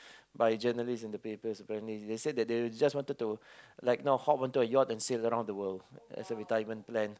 by journalist and the paper apparently they said they just wanted to like you know hop onto a yacht and sail around the world as a retirement plan